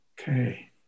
Okay